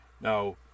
now